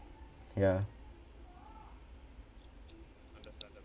ya